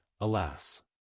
alas